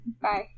Bye